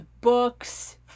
books